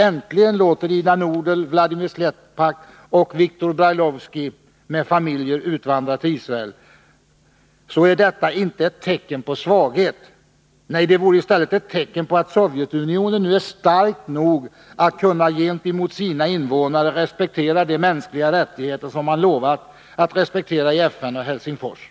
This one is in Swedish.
— äntligen låter Ida Nudel, Vladimir Slepak och Victor Brailovsky med familjer utvandra till Israel, så är detta inte ett tecken på svaghet. Nej, det vore i stället ett tecken på att Sovjetunionen nu är starkt nog att gentemot sina invånare kunna respektera de mänskliga rättigheter som man i FN och Helsingfors har lovat att respektera.